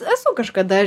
esu kažkada